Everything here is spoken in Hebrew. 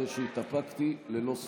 אחרי שהתאפקתי ללא סוף.